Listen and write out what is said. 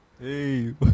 Hey